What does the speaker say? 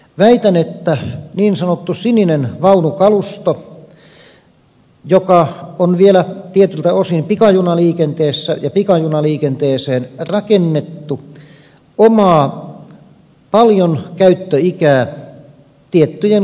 väitän että niin sanottu sininen vaunukalusto joka on vielä tietyiltä osin pikajunaliikenteessä ja pikajunaliikenteeseen rakennettu omaa paljon käyttöikää tiettyjen kunnostustoimien jälkeen